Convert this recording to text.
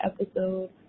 episode